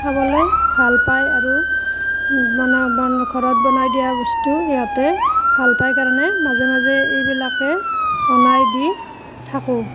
খাবলৈ ভাল পায় আৰু বনাই বনাই ঘৰত বনাই দিয়া বস্তু সিহঁতে ভাল পায় কাৰণে মাজে মাজে এইবিলাক বনাই দি থাকোঁ